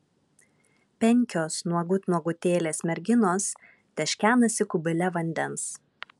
penkios nuogut nuogutėlės merginos teškenasi kubile vandens